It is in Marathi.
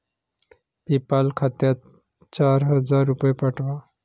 पेपाल खात्यात चार हजार रुपये पाठवा